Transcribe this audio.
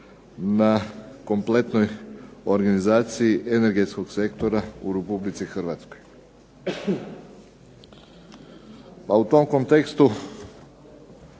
na kompletnoj organizaciji energetskog sektora u RH. A u tom kontekstu